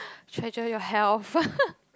treasure your health